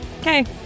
Okay